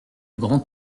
grand